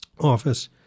office